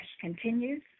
continues